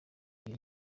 iyo